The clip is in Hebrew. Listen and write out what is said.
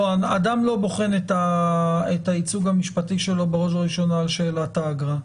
אדם לא בוחן את הייצוג המשפטי שלו בראש ובראשונה על שאלת האגרה.